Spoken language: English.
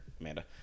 Amanda